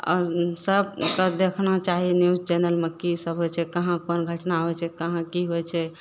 आओर ई सब के देखना चाही न्यूज चैनलमे की सब होइ छै कहाँपर घटना होइ छै कहाँ की होइ छै